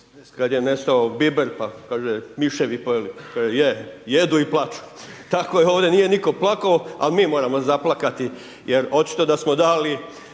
kad je nestao biber pa kaže miševi pojeli, kaže je jedu i plaču. Tako je ovdje nije nitko plako al mi moramo zaplakati jer očito da smo dali